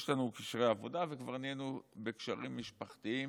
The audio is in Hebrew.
יש לנו קשרי עבודה וכבר נהיינו בקשרים משפחתיים,